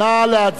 מי בעד?